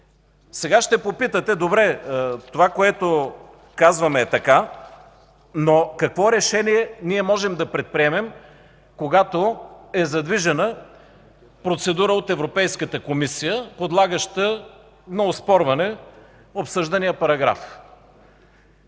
Сега ще попитате: добре, това, което казвате, е така, но какво решение можем да предприемем, когато е задвижена процедура от Европейската комисия, подлагаща на оспорване обсъждания параграф?